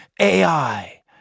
AI